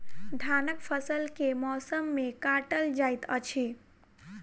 धानक फसल केँ मौसम मे काटल जाइत अछि?